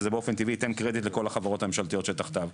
וזה באופן טבעי ייתן קרדיט לכול החברות הממשלתיות שתחתיו,